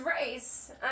race